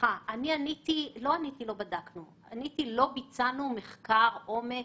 לא אמרתי שלא בדקנו, אמרתי שלא ביצענו מחקר עומק